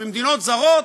ממדינות זרות,